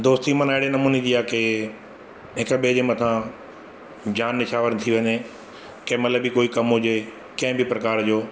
दोस्ती माना अहिड़े नमूने जी आहे के हिक ॿिए जे मथां जान निछावर थी वञे कंहिंमहिल बि कोई कमु हुजे कंहिं बि प्रकार जो